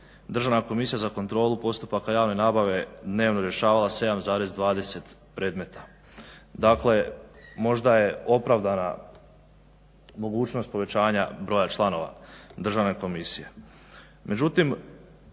Državna komisija za kontrolu postupaka javne nabave dnevno rješavala 7,20 predmeta. Dakle, možda je opravdana mogućnost povećanja broja članova Državne komisije.